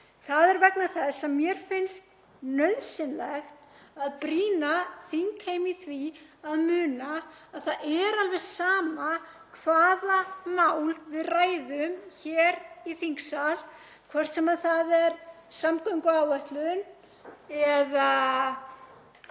Það er vegna þess að mér finnst nauðsynlegt að brýna þingheim í því að muna að það er alveg sama hvaða mál við ræðum hér í þingsal, hvort sem það er samgönguáætlun eða